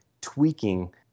tweaking